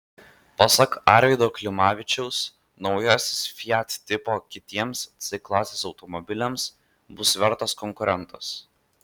pasak arvydo klimavičiaus naujasis fiat tipo kitiems c klasės automobiliams bus vertas konkurentas